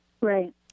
Right